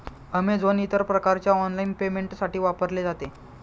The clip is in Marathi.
अमेझोन इतर प्रकारच्या ऑनलाइन पेमेंटसाठी वापरले जाते